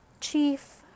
chief